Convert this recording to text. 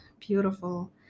Beautiful